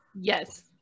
Yes